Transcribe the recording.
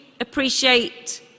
appreciate